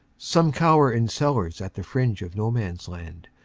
some cower in cellars at the fringe of no man's land.